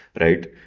right